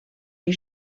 die